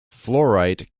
fluorite